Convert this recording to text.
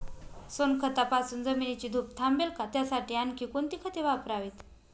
सोनखतापासून जमिनीची धूप थांबेल का? त्यासाठी आणखी कोणती खते वापरावीत?